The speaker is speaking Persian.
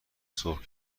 سرخ